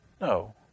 No